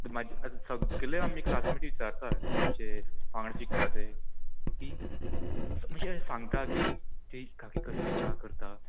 म्हाजे आतां सगले आमचे क्लासमेट विचारता आमचे वांगडा शिकता ते की म्हणजे सांगता की ती काकी कसली च्या करता